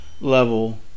level